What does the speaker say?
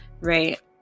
right